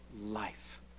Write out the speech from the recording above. life